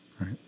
Right